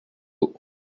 beau